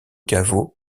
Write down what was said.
caveau